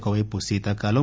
ఒకపైపు ళీతాకాలం